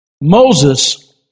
Moses